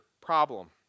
problem